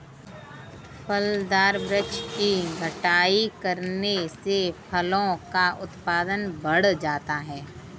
फलदार वृक्ष की छटाई करने से फलों का उत्पादन बढ़ जाता है